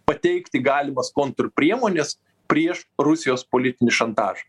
pateikti galimas kontrpriemones prieš rusijos politinį šantažą